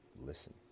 listen